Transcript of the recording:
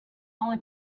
only